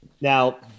now